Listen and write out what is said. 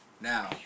Now